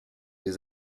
des